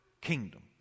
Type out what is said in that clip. kingdom